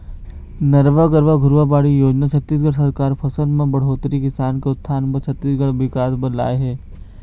नरूवा, गरूवा, घुरूवा, बाड़ी योजना छत्तीसगढ़ सरकार फसल म बड़होत्तरी, किसान के उत्थान बर, छत्तीसगढ़ के बिकास बर लाए हे